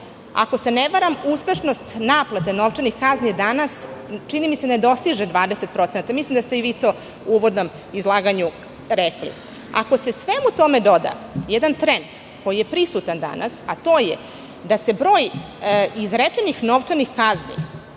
Ako se ne varam, uspešnost naplate novčanih kazni danas, čini mi se, ne dostiže 20%, a mislim da ste i vi to u uvodnom izlaganju rekli. Ako se svemu tome doda jedan trend koji je prisutan danas, a to je da se broj izrečenih novčanih kazni